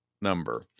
number